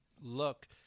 look